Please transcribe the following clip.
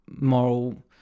moral